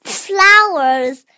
flowers